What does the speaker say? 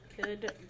good